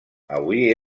avui